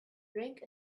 drink